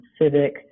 civic